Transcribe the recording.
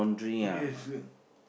yes